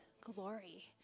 glory